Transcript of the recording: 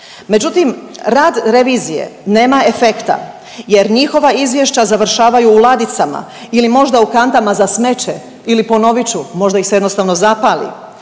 Međutim, rad revizije nema efekta jer njihova izvješća završavaju u ladicama ili možda u kantama za smeće ili ponovit ću možda ih se jednostavno zapali.